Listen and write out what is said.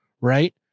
right